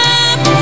up